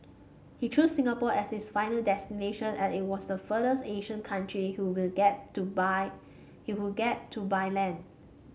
he chose Singapore as his final destination as it was the furthest Asian country get to by he could get to by land